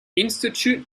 institute